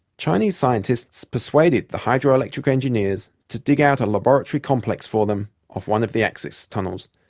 chinese scientists persuaded the hydroelectric engineers to dig out a laboratory complex for them off one of the access tunnels,